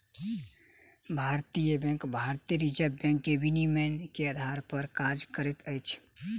भारतीय बैंक भारतीय reserve bank के विनियमन के आधार पर काज करैत अछि